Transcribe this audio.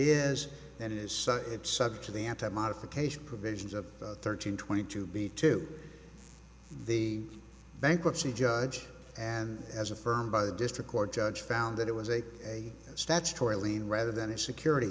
is and as such it's subject to the anti modification provisions of thirteen twenty two b to the bankruptcy judge and as affirmed by the district court judge found that it was a statutory lien rather than a security